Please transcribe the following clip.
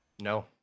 No